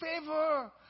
favor